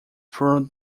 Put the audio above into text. through